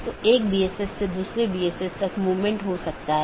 तो यह एक सीधे जुड़े हुए नेटवर्क का परिदृश्य हैं